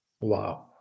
Wow